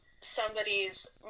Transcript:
somebody's